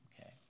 Okay